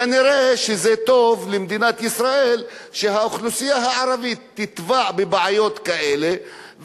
כנראה זה טוב למדינת ישראל שהאוכלוסייה הערבית תטבע בבעיות כאלה,